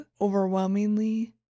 overwhelmingly